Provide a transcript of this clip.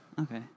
Okay